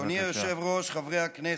אדוני היושב-ראש, חברי הכנסת,